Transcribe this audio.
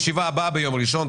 הישיבה הבאה ביום ראשון.